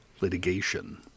litigation